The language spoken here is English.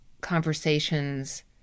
conversations